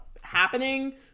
happening